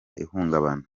ihungabana